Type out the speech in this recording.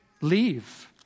leave